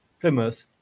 Plymouth